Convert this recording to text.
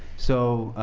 so